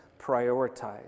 prioritize